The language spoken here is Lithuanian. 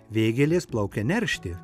vėgėlės plaukia neršti